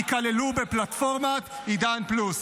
ייכללו בפלטפורמת עידן פלוס.